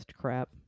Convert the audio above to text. crap